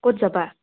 ক'ত যাবা